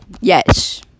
Yes